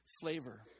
flavor